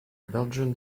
belgian